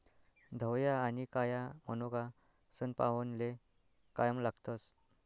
धवया आनी काया मनोका सनपावनले कायम लागतस